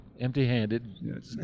empty-handed